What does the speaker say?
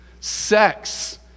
Sex